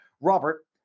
Robert